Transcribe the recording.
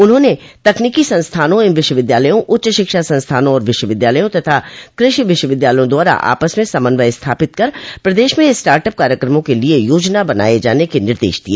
उन्होंने तकनीकी संस्थानों एवं विश्वविद्यालयों उच्च शिक्षा संस्थानों और विश्वविद्यालयों तथा कृषि विश्वविद्यालयों द्वारा आपस में समन्वय स्थापित कर प्रदेश में स्टार्ट अप कार्यक्रमों के लिए योजना बनाए जाने के निर्देश दिए